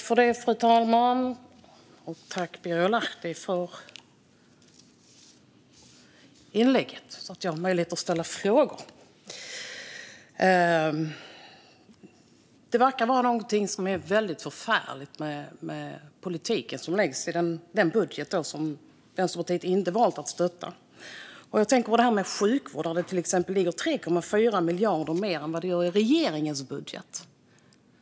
Fru talman! Jag tackar Birger Lahti för inlägget, vilket ger mig möjlighet att ställa frågor. Det verkar vara något förfärligt med den politik som finns med i den budget som Vänsterpartiet har valt att inte stötta. Jag tänker på till exempel sjukvården, där det finns 3,4 miljarder mer än i regeringens budget.